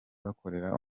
bakorera